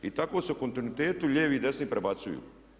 I tako se u kontinuitetu lijevi i desni prebacuju.